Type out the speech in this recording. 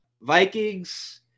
Vikings